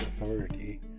Authority